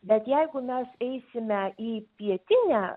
bet jeigu mes eisime į pietinę